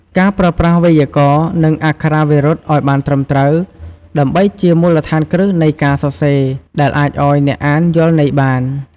ការប្រើប្រាស់វេយ្យាករណ៍ និងអក្ខរាវិរុទ្ធអោយបានត្រឹមត្រូវ ដើម្បីជាមូលដ្ឋានគ្រឹះនៃការសរសេរដែលអាចឱ្យអ្នកអានយល់ន័យបាន។